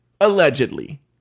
Allegedly